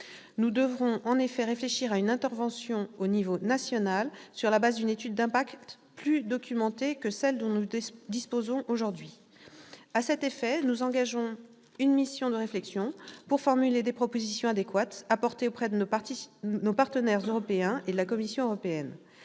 Nous devrons en effet réfléchir à une intervention au niveau national, sur la base d'une étude d'impact plus documentée que celle dont nous disposons aujourd'hui. À cet effet, nous engagerons une mission de réflexion pour formuler des propositions adéquates à porter auprès de nos partenaires européens et de la Commission européenne.